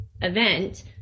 event